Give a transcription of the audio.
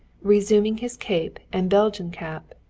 resuming his cape and belgian cap,